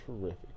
Terrific